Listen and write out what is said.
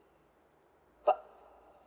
but